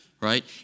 right